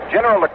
General